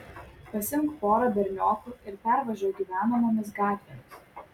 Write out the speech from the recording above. pasiimk porą berniokų ir pervažiuok gyvenamomis gatvėmis